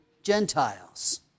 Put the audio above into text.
Gentiles